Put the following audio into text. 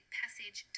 passage